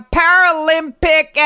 paralympic